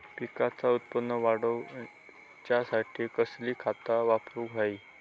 पिकाचा उत्पन वाढवूच्यासाठी कसली खता वापरूक होई?